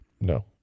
No